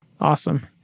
Awesome